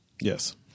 Yes